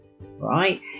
right